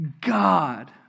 God